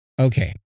okay